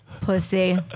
Pussy